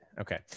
okay